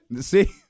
See